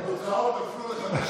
את התוצאות אסור לך,